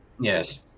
Yes